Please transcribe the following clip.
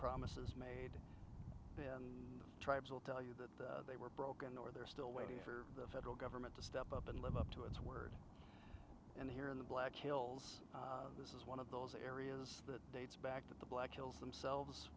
promises made tribes will tell you that the they were broken or they're still waiting for the federal government to step up and live up to its word and here in the black hills this is one of those areas that dates back to the black hills themselves